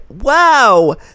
Wow